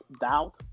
doubt